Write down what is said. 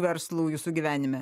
verslų jūsų gyvenime